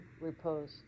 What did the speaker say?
repose